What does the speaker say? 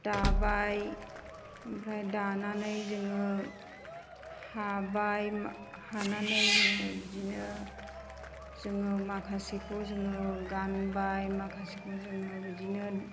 दाबाय ओमफ्राय दानानै जोङो हाबाय हानानै जोङो बिदिनो जोङो माखासेखौ जोङो गानबाय माखासेखौ जोङो बिदिनो